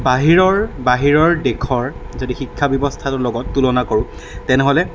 বাহিৰৰ বাহিৰৰ দেশৰ যদি শিক্ষা ব্যৱস্থাটোৰ লগত তুলনা কৰোঁ তেনেহ'লে